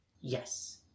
Yes